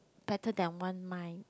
better than one mind